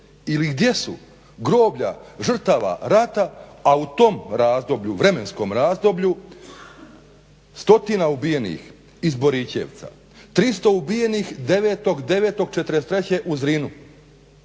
ili gdje su groblja žrtava rata a u tom vremenskom razdoblju stotina ubijenih iz Borićevca, 300 ubijenih 9.09.'43. u Zrinu,